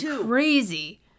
crazy